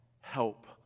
help